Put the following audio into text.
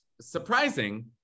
surprising